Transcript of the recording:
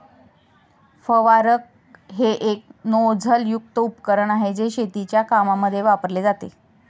फवारक हे एक नोझल युक्त उपकरण आहे, जे शेतीच्या कामांमध्ये वापरले जाते